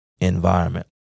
environment